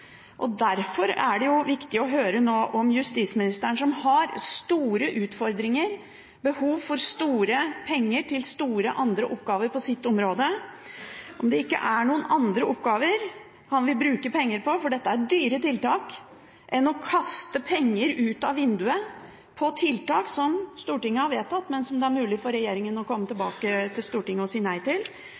Derfor er det viktig å høre om justisministeren, som har store utfordringer og behov for store penger til andre store oppgaver på sitt område, ikke har noen andre oppgaver han heller vil bruke penger på, for dette er dyre tiltak, framfor å kaste penger ut av vinduet på tiltak som Stortinget har vedtatt, men som det er mulig for regjeringen å komme tilbake til Stortinget og si nei til